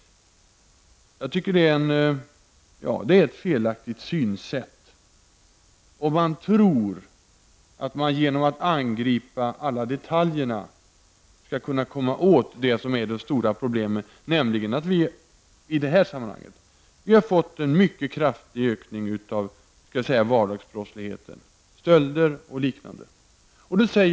Jag tycker att det är ett felaktigt synsätt om man tror att man genom att angripa alla detaljerna skall kunna komma åt det som är det stora problemet, nämligen att vi har fått en mycket kraftig ökning av den s.k. vardagsbrottsligheten, stölder och liknande.